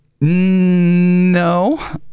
No